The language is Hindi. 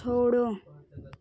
छोड़ो